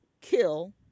kill